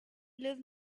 live